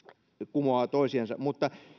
kumoavat toisiansa mutta